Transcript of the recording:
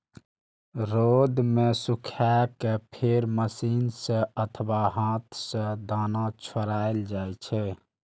रौद मे सुखा कें फेर मशीन सं अथवा हाथ सं दाना छोड़ायल जाइ छै